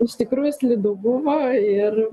iš tikrųjų slidu buvo ir